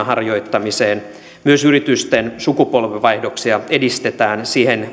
harjoittamiseen myös yritysten sukupolvenvaihdoksia edistetään siihen